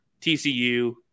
tcu